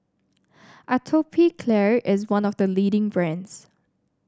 Atopiclair is one of the leading brands